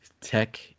tech